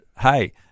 hey